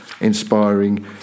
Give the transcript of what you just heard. inspiring